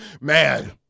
man